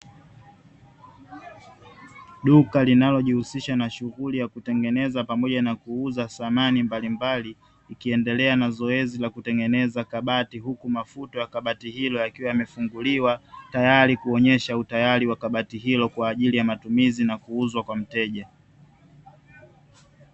Duka linalojihusisha na shughuli ya kutengeneza pamoja na kuuza samani mbalimbali, ikiendelea na zoezi la kutengeneza kabati huku mafuti ya kabati hilo yakiwa yamefunguliwa, tayari kuonyesha utayari wa kabati hilo, kwa ajili ya matumizi na kuuzwa kwa mteja.